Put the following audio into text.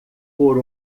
por